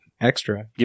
extra